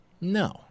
No